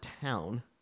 town